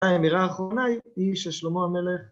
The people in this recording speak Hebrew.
‫האמירה האחרונה היא של שלמה המלך.